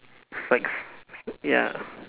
dislikes ya